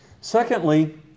Secondly